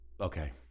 Okay